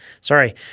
sorry